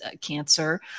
cancer